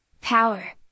Power